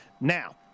Now